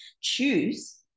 choose